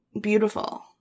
beautiful